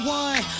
one